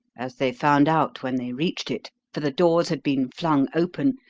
as they found out when they reached it, for the doors had been flung open,